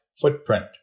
footprint